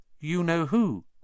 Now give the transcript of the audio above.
you-know-who